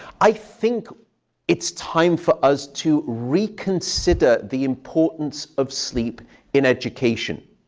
i think it's time for us to reconsider the importance of sleep in education.